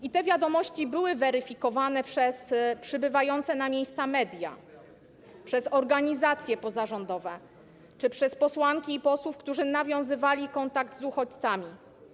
I te wiadomości były weryfikowane przez przybywające na miejsce media, przez organizacje pozarządowe czy przez posłanki i posłów, którzy nawiązywali kontakt z uchodźcami.